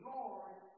Lord